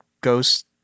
ghost